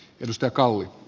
mustakallio